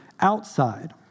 outside